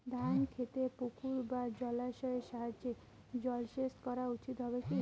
ধান খেতে পুকুর বা জলাশয়ের সাহায্যে জলসেচ করা উচিৎ হবে কি?